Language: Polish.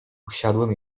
usiadłem